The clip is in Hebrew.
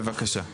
בבקשה.